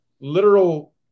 literal